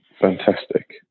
Fantastic